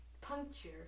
puncture